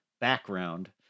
background